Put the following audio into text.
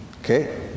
Okay